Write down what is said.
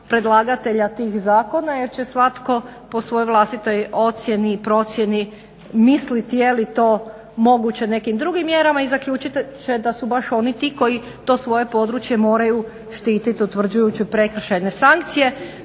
predlagatelja tih zakona jer će svatko po svojoj vlastiti ocijeni, procijeni misliti je li to moguće nekim drugim mjerama i zaključit će da su baš oni ti koji to svoje područje moraju štititi utvrđuju prekršajne sankcije.